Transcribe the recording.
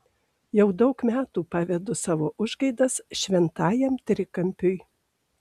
jau daug metų pavedu savo užgaidas šventajam trikampiui